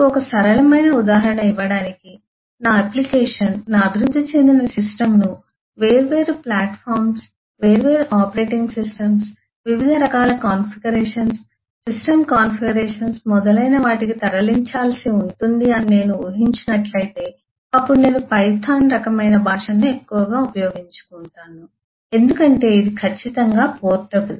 మీకు ఒక సరళమైన ఉదాహరణ ఇవ్వడానికి నా అప్లికేషన్ నా అభివృద్ధి చెందిన సిస్టమ్ను వేర్వేరు ప్లాట్ఫారమ్లు వేర్వేరు ఆపరేటింగ్ సిస్టమ్లు వివిధ రకాల కాన్ఫిగరేషన్లు సిస్టమ్ కాన్ఫిగరేషన్లు మొదలైన వాటికి తరలించాల్సి ఉంటుంది అని నేను ఊహించినట్లయితే అప్పుడు నేను పైథాన్ రకమైన భాషను ఎక్కువగా ఉపయోగించుకుంటాను ఎందుకంటే ఇది ఖచ్చితంగా పోర్టబుల్